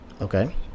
Okay